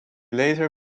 later